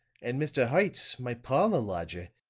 and mr. hertz, my parlor lodger,